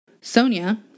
Sonia